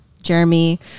Jeremy